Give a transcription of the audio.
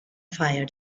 fire